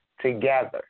together